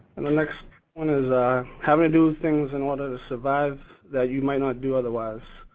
and the next one is ah having to do things in order to survive that you might not do otherwise.